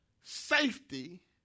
safety